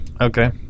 Okay